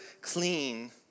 clean